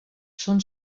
són